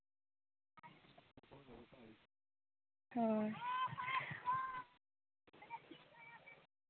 ᱦᱳᱭ